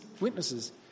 witnesses